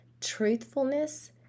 truthfulness